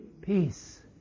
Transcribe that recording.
Peace